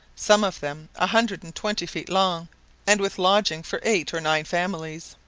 some of them a hundred and twenty feet long and with lodging for eight or nine families.